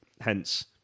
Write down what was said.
hence